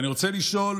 אני רוצה לשאול